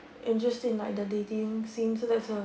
and just in like the dating scene so there's a